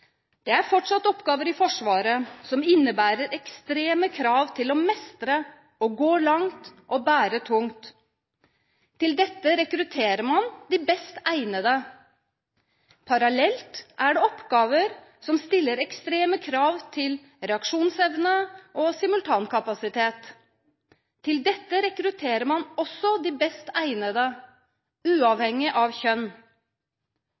Det er fortsatt oppgaver i Forsvaret som innebærer ekstreme krav til å mestre, gå langt og bære tungt. Til dette rekrutterer man de best egnede. Parallelt er det oppgaver som stiller ekstreme krav til reaksjonsevne og simultankapasitet. Til dette rekrutterer man også de best egnede,